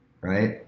right